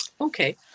Okay